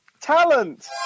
talent